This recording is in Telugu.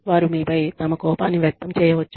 వారు మీపై తమ కోపాన్ని వ్యక్తం చేయవచ్చు